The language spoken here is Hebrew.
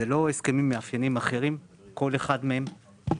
אלה לא הסכמים מאפיינים אחרים, כל אחד מהם?